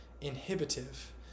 inhibitive